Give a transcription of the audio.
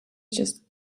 just